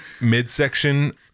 midsection